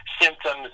symptoms